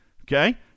okay